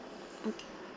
okay